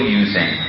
using